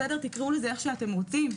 תקראו לזה איך שאתם רוצים.